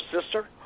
sister